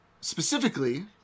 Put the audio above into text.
specifically